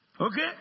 Okay